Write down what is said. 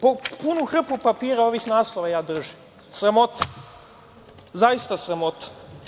Punu hrpu papira ovih naslova ja držim, sramota, zaista sramota.